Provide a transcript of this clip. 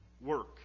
work